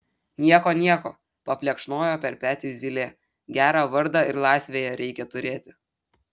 nieko nieko paplekšnojo per petį zylė gerą vardą ir laisvėje reikia turėti